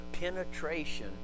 penetration